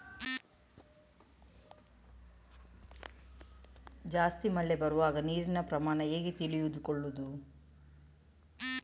ಜಾಸ್ತಿ ಮಳೆ ಬರುವಾಗ ನೀರಿನ ಪ್ರಮಾಣ ಹೇಗೆ ತಿಳಿದುಕೊಳ್ಳುವುದು?